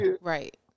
Right